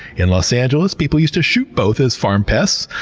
in los angeles, people used to shoot both as farm pests,